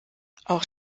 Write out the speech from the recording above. auch